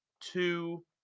two